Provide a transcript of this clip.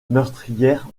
meurtrières